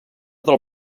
del